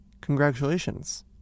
congratulations